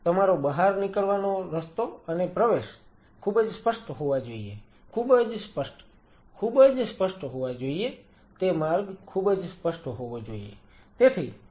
તેથી તમારો પ્રવેશ અને બહાર નીકળવાના રસ્તાઓ ખૂબ જ સ્પષ્ટ હોવા જોઈએ ખૂબ જ સ્પષ્ટ ખૂબ જ સ્પષ્ટ હોવા જોઈએ તે માર્ગ ખૂબ જ સ્પષ્ટ હોવો જોઈએ